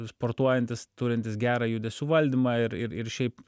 sportuojantis turintis gerą judesių valdymą ir ir ir šiaip